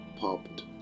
popped